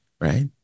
right